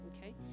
okay